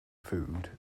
food